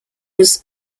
was